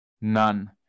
None